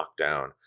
lockdown